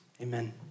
amen